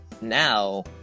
now